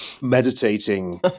meditating